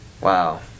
Wow